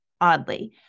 oddly